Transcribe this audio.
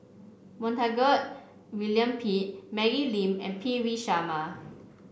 Montague William Pett Maggie Lim and P V Sharma